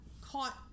caught